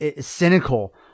cynical